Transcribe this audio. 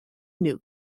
new